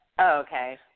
Okay